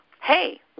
Hey